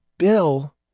Bill